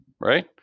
right